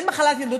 אין מחלת ילדות,